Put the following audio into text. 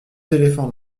éléphants